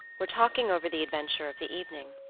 were talking over the adventure of the evening.